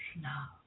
now